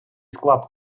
склад